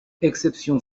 exception